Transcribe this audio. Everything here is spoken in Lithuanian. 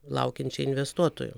laukiančiai investuotojų